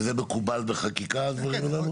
וזה מקובל בחקיקה, הדברים הללו?